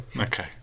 Okay